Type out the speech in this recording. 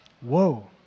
Whoa